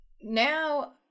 Now